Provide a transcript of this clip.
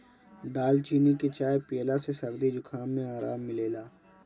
दालचीनी के चाय पियला से सरदी जुखाम में आराम मिलेला